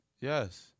Yes